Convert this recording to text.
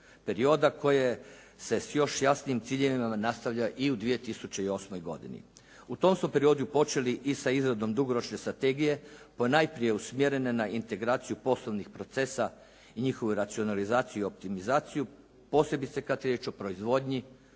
perioda koje se s još jasnijim ciljevima nastavlja i u 2008. godini. U tom smo periodu počeli i sa izradom dugoročne strategije ponajprije usmjerene na integraciju poslovnih procesa i njihovu racionalizaciju i optimizaciju posebice kada je riječ o proizvodnji,